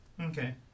Okay